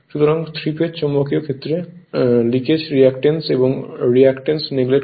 সুতরাং 3 ফেজ চৌম্বকীয় ক্ষেত্র লিকেজ রেজিস্ট্যান্স এবং রিঅ্যাকটাঁস নেগলেক্ট করে